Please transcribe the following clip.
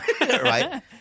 Right